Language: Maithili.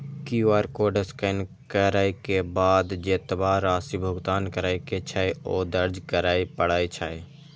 क्यू.आर कोड स्कैन करै के बाद जेतबा राशि भुगतान करै के छै, ओ दर्ज करय पड़ै छै